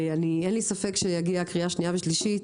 ואין לי ספק שכשתגיע הקריאה השנייה והשלישית